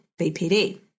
BPD